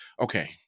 Okay